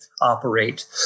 operate